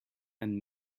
and